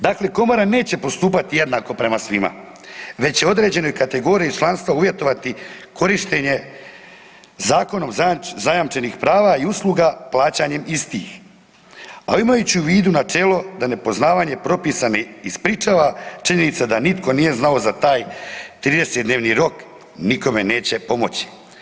Dakle komora neće postupati jednako prema svima, već će određenoj kategoriji članstva uvjetovati korištenje zakonom zajamčenih prava i usluga plaćanjem istih, a imajući na umu načelo da nepoznavanje propisa ne ispričava činjenica da nitko nije znao za taj 30-dnevni rok nikome neće pomoći.